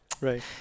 Right